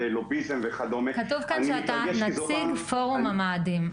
כתוב כאן שאתה נציג פורום המאדים.